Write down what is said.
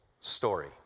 story